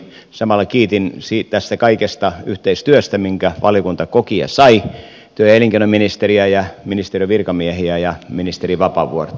samalla kiitin tästä kaikesta yhteistyöstä minkä valiokunta koki ja sai työ ja elinkeinoministeriä ja ministeriön virkamiehiä ja ministeri vapaavuorta